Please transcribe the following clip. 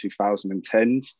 2010s